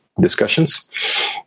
discussions